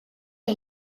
est